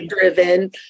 driven